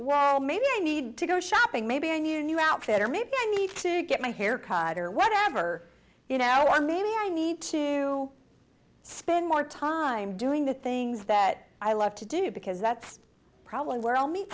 why maybe i need to go shopping maybe i need a new outfit or maybe i need to get my hair cut or whatever you know maybe i need to spend more time doing the things that i love to do because that's probably where i'll meet